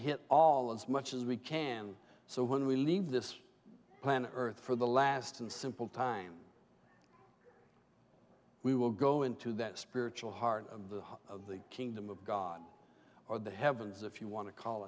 hit all as much as we can so when we leave this planet earth for the last and simple time we will go into that spiritual heart of the heart of the kingdom of god or the heavens if you want to call